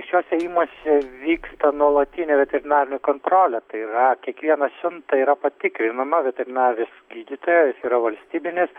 šiose įmose vyksta nuolatinė veterinarinė kontrolė tai yra kiekviena siunta yra patikrinama veterinaris gydytojas yra valstybinis